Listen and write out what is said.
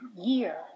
year